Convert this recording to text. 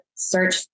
Search